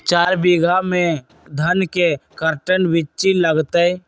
चार बीघा में धन के कर्टन बिच्ची लगतै?